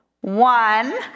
one